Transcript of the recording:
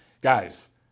Guys